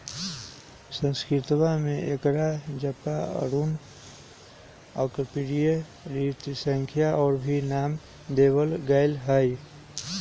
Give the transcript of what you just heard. संस्कृतवा में एकरा जपा, अरुण, अर्कप्रिया, त्रिसंध्या और भी नाम देवल गैले है